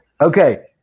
Okay